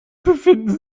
befindet